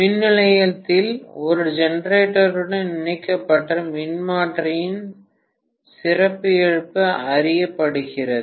மின் நிலையத்தில் ஒரு ஜெனரேட்டருடன் இணைக்கப்பட்ட மின்மாற்றியின் சிறப்பியல்பு அறியப்படுகிறது